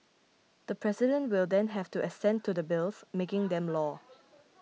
the President will then have to assent to the bills making them law